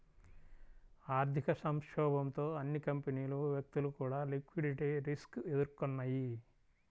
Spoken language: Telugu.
ఆర్థిక సంక్షోభంతో అన్ని కంపెనీలు, వ్యక్తులు కూడా లిక్విడిటీ రిస్క్ ఎదుర్కొన్నయ్యి